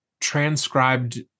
transcribed